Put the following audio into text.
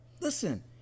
listen